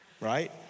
Right